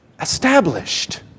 established